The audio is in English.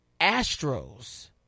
Astros